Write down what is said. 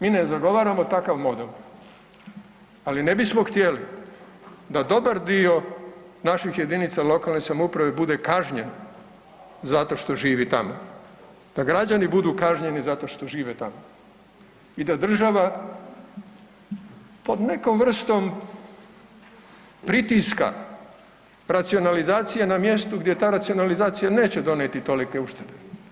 Mi ne zagovaramo takav model, ali ne bismo htjeli da dobar dio naših jedinica lokalne samouprave bude kažnjen zato što živi tamo, da građani budu kažnjeni zato što žive tamo i da država pod nekom vrstom pritiska racionalizacije na mjestu gdje ta racionalizacija neće donijeti tolike uštede.